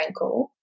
frankel